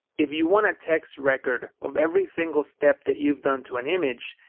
if you want a text record of every single step that you've done to an image,